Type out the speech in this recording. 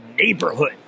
neighborhood